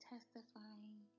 testifying